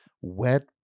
wet